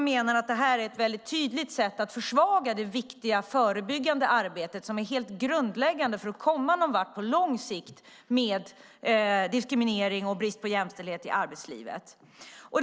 Vi menar att det är ett tydligt sätt att försvaga det viktiga förebyggande arbetet, det som är helt grundläggande för att på lång sikt komma någon vart med diskriminering och brist på jämställdhet i arbetslivet.